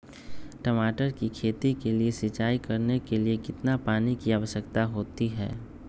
टमाटर की खेती के लिए सिंचाई करने के लिए कितने पानी की आवश्यकता होती है?